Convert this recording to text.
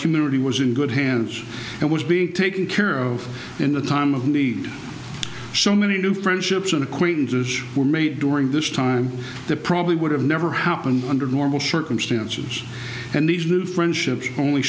community was in good hands and was being taken care of in the time of need so many new friendships and acquaintances were made during this time the probably would have never happened under normal circumstances and these new friendships only